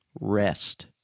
rest